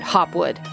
Hopwood